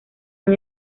han